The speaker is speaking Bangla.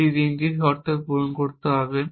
এটি তিনটি শর্ত পূরণ করতে হবে